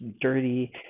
dirty